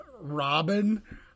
robin